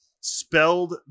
spelled